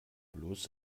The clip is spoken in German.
bloß